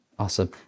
Awesome